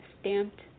stamped